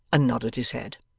and nodded his head.